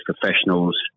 professionals